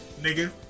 nigga